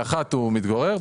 באחת מהן הוא מתגורר,